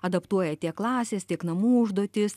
adaptuoja tiek klasės tiek namų užduotis